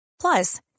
Plus